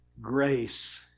Grace